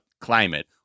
climate